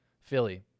Philly